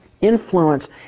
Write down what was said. influence